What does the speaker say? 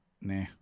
Nah